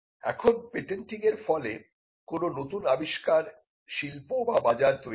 এখন পেটেন্টিং এর ফলে কোন নতুন আবিষ্কার শিল্প বা বাজার তৈরি হয়